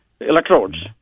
electrodes